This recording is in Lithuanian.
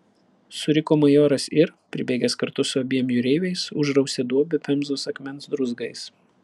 suriko majoras ir pribėgęs kartu su abiem jūreiviais užrausė duobę pemzos akmens druzgais